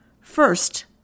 First